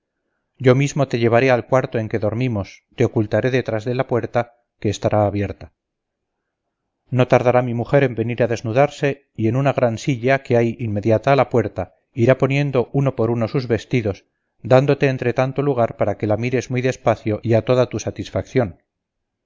yo mismo te llevaré al cuarto en que dormimos te ocultaré detrás de la puerta que estará abierta no tardará mi mujer en venir a desnudarse y en una gran silla que hay inmediata a la puerta irá poniendo uno por uno sus vestidos dándote entre tanto lugar para que la mires muy despacio y a toda tu satisfacción